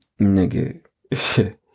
nigga